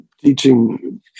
teaching